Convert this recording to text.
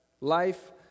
Life